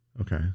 Okay